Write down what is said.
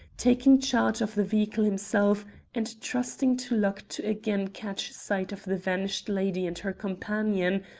taking charge of the vehicle himself and trusting to luck to again catch sight of the vanished lady and her companion,